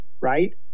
right